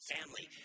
Family